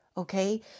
Okay